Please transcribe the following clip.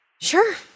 Sure